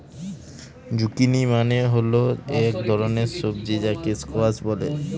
zucchini মানে হল এক ধরনের সবজি যাকে স্কোয়াশ বলে